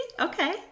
Okay